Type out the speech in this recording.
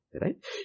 right